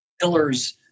pillars